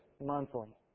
monthly